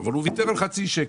אבל הוא ויתר על חצי שקל.